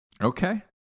Okay